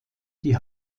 die